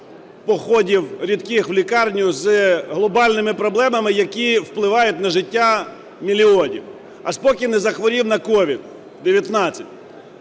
походів рідких в лікарню з глобальними проблемами, які впливають на життя мільйонів, аж поки не захворів на COVID-19.